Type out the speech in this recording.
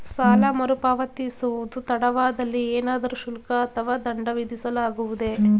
ಸಾಲ ಮರುಪಾವತಿಸುವುದು ತಡವಾದಲ್ಲಿ ಏನಾದರೂ ಶುಲ್ಕ ಅಥವಾ ದಂಡ ವಿಧಿಸಲಾಗುವುದೇ?